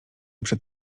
przed